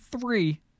three